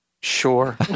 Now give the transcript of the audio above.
Sure